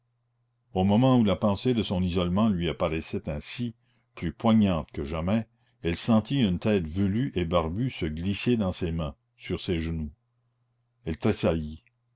au moment où la pensée de son isolement lui apparaissait ainsi plus poignante que jamais elle sentit une tête velue et barbue se glisser dans ses mains sur ses genoux